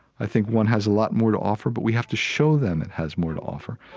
i think one has a lot more to offer, but we have to show them it has more to offer,